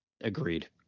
Agreed